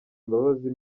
imbabazi